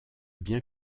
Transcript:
bien